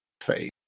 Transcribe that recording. face